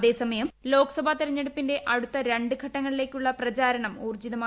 അതേ സമയം ലോക്സഭാ തെരഞ്ഞെടുപ്പിന്റെ അടുത്ത രണ്ട് ഘട്ടങ്ങളിലേയ്ക്കുള്ള പ്രചാരണം ഊർജ്ജിതമായി